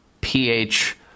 pH